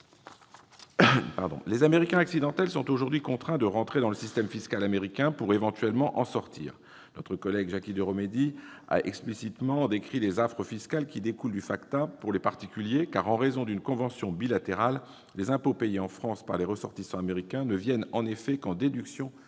Les « Américains accidentels » sont aujourd'hui contraints de rentrer dans le système fiscal américain avant de pouvoir éventuellement en sortir. Notre collègue Jacky Deromedi a explicitement décrit les affres fiscales qui découlent du FATCA pour les particuliers : en vertu d'une convention bilatérale, les impôts payés en France par les ressortissants américains ne viennent en effet qu'en déduction des taxes